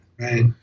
right